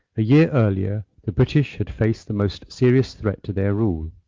a year earlier the british had faced the most serious threat to their rule,